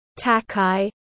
Takai